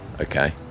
okay